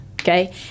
okay